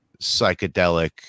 psychedelic